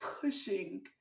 pushing